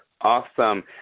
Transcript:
Awesome